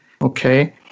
Okay